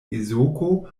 ezoko